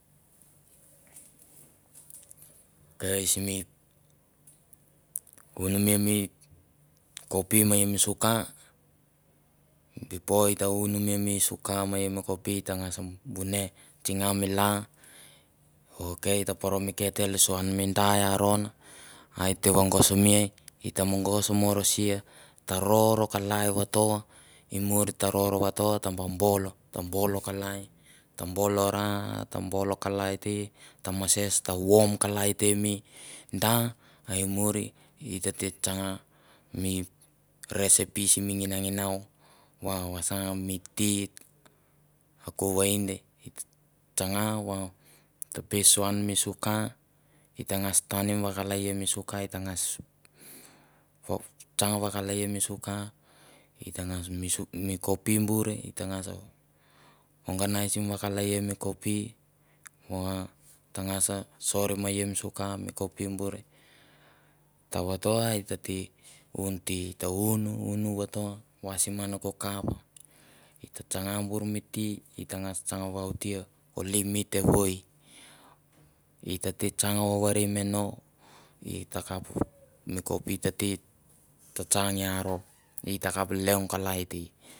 Ok simi unumi mi kopi ma mi suka before i ta unumi suka ma i mi kopi i tangas mune tsinga mi lang ok i ta poro mi kettle soan mi dai i aron a i te vogosmea, i ta mogos mo rosea ta ror kalai vato, i muir ta ror vato, ta ba bol, bol kalai, ta bolo ra ta bol kalai te, ta mases ta warm kalai te mi da, a i muir tet tsanga mi recipe simi nginanginau va vasa mi tea a ko vainde, tsanga va to be saon mi suka i tanags tanim vakalaia mi suka, i tangas tsang vakalaia mi suka, i tangas mi kopi bur i tangas organisim vakalaia mi kopi va tangas a so ia mi suka, mi kopi bur ta vato, a e tete un tea, ta un un vato wasim ngan ko kap, ita tsanga bur mi tea i tangas i tsang vaute ko limit evoi. I tete tsang overim ngan ni i takap mi kopi tete tsatsang i aro, i takap leong kalai te